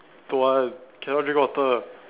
Tu Huat cannot drink water